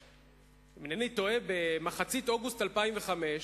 אבל אם אינני טועה, במחצית אוגוסט 2005,